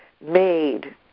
made